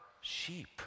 sheep